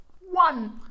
One